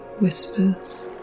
whispers